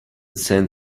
send